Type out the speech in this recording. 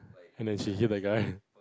and then she hit the guy